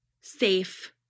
safe